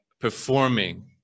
performing